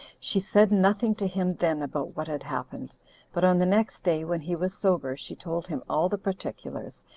she said nothing to him then about what had happened but on the next day, when he was sober, she told him all the particulars,